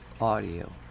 audio